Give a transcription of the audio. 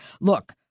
Look